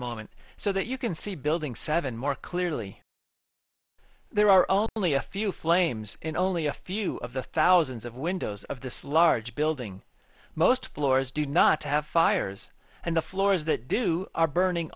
moment so that you can see building seven more clearly there are only a few flames in only a few of the thousands of windows of this large building most floors do not have fires and the floors that do are burning